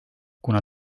kuna